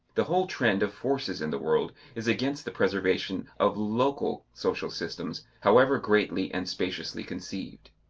the whole trend of forces in the world is against the preservation of local social systems however greatly and spaciously conceived.